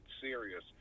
serious